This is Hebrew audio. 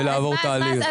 ולעבור תהליך?